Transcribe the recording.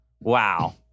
Wow